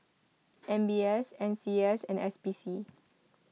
M B S N C S and S P C